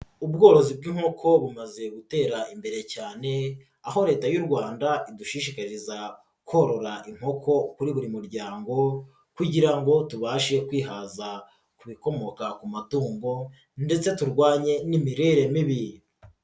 Ubworozi bw'inkoko bumaze gutera imbere cyane aho Leta y'u Rwanda idushishikariza korora inkoko kuri buri muryango kugira ngo tubashe kwihaza ku bikomoka ku matungo ndetse turwanye n'imirire mibi.